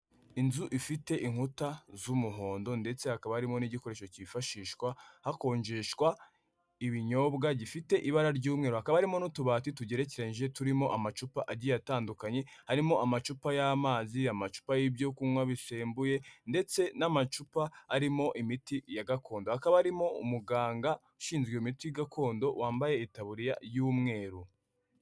Inzu ifite inkuta z'umuhondo ndetse hakaba harimo n'igikoresho cyifashishwa hakonjeshwa ibinyobwa gifite ibara ry'umweru akaba harimo n’utubati tugerekeranyije turimo amacupa agiye atandukanye arimo amacupa y'amazi amacupa y'ibyokunywa bisembuye ndetse n'amacupa arimo imiti yagakondo akaba arimo umuganga ushinzwe imiti gakondo wambaye itaburiya y'umweru.